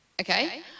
Okay